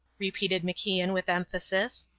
repeated macian with emphasis.